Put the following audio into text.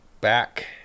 back